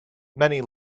many